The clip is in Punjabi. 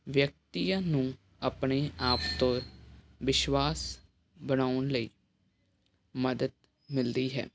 ਵਿਅਕਤੀਆਂ ਨੂੰ ਆਪਣੇ ਆਪ ਤੋਂ ਵਿਸ਼ਵਾਸ ਬਣਾਉਣ ਲਈ ਮਦਦ ਮਿਲਦੀ ਹੈ